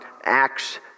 Acts